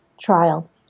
trial